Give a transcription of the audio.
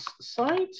site